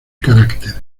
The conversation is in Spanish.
carácter